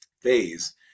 phase